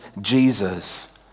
Jesus